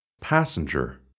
Passenger